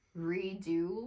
redo